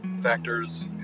factors